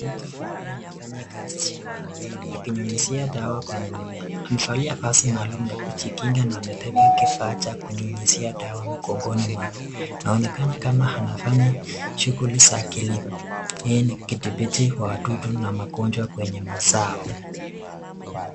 Mtu ambaye anafanya kazi shambani, akinyunyizia dawa kwenye mimea, amevalia vazi maalum ya kujikinga na ametenga kifaa cha kunyunyizia dawa mgongoni mwake. Inaonekana kua anafanya shuguli za kilimo. Hii kudhibiti wa wadudu na magojwa kwenye mazao.